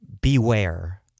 Beware